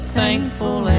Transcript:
thankful